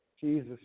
Jesus